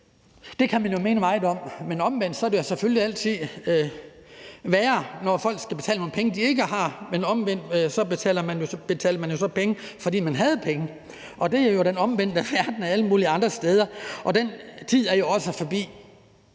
det kan man jo mene meget om. Men omvendt er det selvfølgelig altid værre, når folk skal betale nogle penge, de ikke har, men omvendt betalte man jo så penge, fordi man havde penge. Det var den omvendte verden i forhold til alle mulige andre steder, og den tid er jo også forbi.